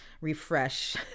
refresh